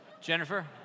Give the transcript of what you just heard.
Jennifer